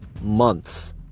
months